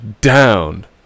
down